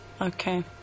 Okay